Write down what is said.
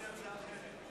יש לי הצעה אחרת.